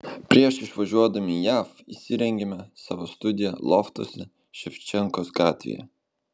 prieš išvažiuodami į jav įsirengėme savo studiją loftuose ševčenkos gatvėje